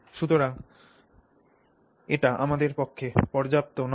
সুতরাং সুতরাং এটি আমাদের পক্ষে পর্যাপ্ত নয়